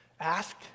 ask